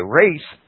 race